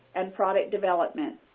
and product development.